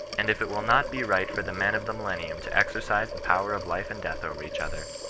and if it will not be right for the men of the millennium to exercise the power of life and death over each other,